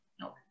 no